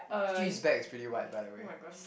Jun-Yi's back is pretty wide by the way